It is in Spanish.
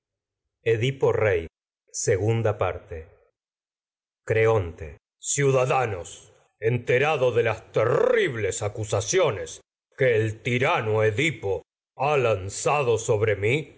jamás creonte ciudadanos acusaciones enterado de las terribles que el tirano edipo ha lanzado sobre mí